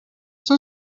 son